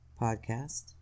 Podcast